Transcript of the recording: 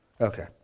okay